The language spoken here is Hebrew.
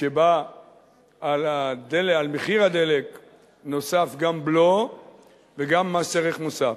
שבה על מחיר הדלק נוסף גם בלו וגם מס ערך מוסף.